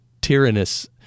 tyrannous